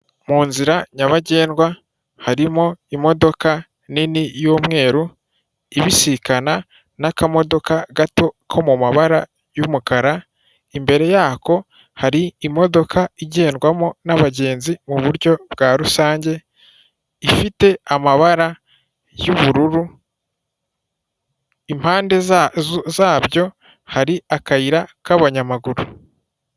Mu nzira nyabagendwa harimo imodoka nini y'umweru ibisikana n'akamodoka gato ko mu mabara y' umukara, imbere yako hari imodoka igendwamo n'abagenzi uburyo bwa rusange, ifite amabara y'ubururu. Impande zabyo hari akayira k'abanyamaguru.